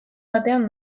batean